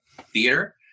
theater